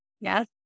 Yes